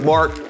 Mark